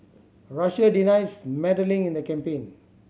Russia denies meddling in the campaign